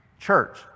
Church